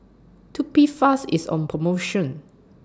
Tubifast IS on promotion